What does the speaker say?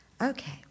Okay